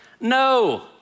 No